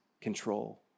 control